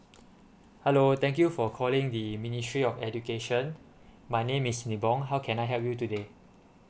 hello thank you for calling the ministry of education my name is nibong how can I help you today